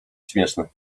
śmieszne